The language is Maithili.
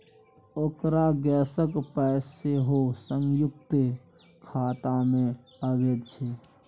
ओकर गैसक पाय सेहो संयुक्ते खातामे अबैत छै